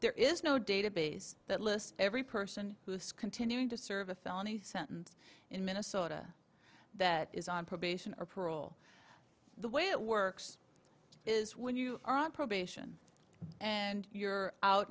there is no database that lists every person who is continuing to serve a felony sentence in minnesota that is on probation or parole the way it works is when you are on probation and you're out